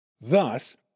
Thus